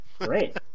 Great